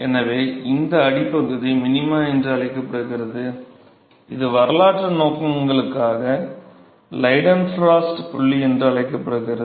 எனவே இந்த அடிப்பகுதி மினிமா என்று அழைக்கப்படுகிறது இது வரலாற்று நோக்கங்களுக்காக லைடன்ஃப்ரோஸ்ட் புள்ளி என்று அழைக்கப்படுகிறது